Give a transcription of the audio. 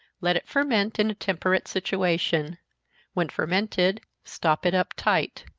let it ferment in a temperate situation when fermented, stop it up tight.